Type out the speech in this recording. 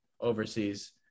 overseas